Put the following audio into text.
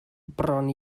bron